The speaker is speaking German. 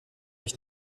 ich